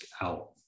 out